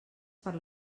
per